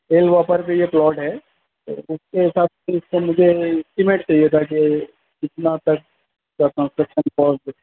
پہ یہ پلاٹ ہے اس کے حساب سے اس پہ مجھے ایسٹیمیٹ چاہیے تھا کہ کتنا تک